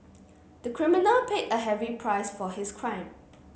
the criminal paid a heavy price for his crime